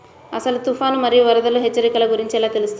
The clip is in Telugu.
అసలు తుఫాను మరియు వరదల హెచ్చరికల గురించి ఎలా తెలుస్తుంది?